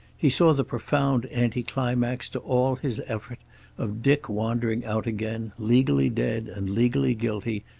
he saw the profound anticlimax to all his effort of dick wandering out again, legally dead and legally guilty,